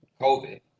COVID